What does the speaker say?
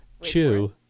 Chew